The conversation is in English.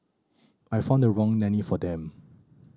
I found the wrong nanny for them